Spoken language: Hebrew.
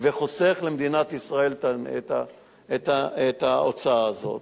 וחוסך למדינת ישראל את ההוצאה הזאת.